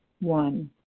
One